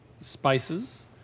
spices